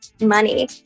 money